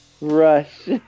Rush